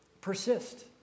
Persist